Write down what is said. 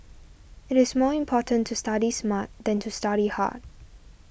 it is more important to study smart than to study hard